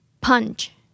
punch